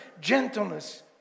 gentleness